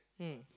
hmm